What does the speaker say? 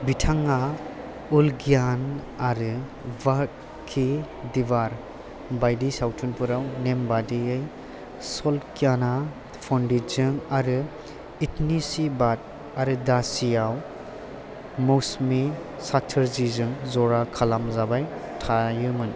बिथाङा उलघान आरो वक्त की दीवार बायदि सावथुनफोराव नेमबायदियै सलक्षाणा पंडितजों आरो इतनी सी बात आरो दासी आव मौसमी चटर्जीजों जरा खालामजाबाय थायोमोन